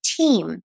team